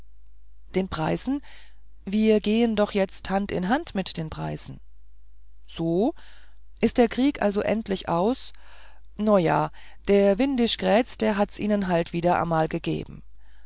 den preißen wir gehen doch jetzt hand in hand mit den preißen so ist der krieg also endlich aus no ja der windischgrätz der hat's ihnen halt wieder amal gegeben